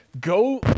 go